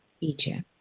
Egypt